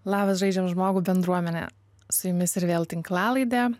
labas žaidžiam žmogų bendruomenę su jumis ir vėl tinklalaidė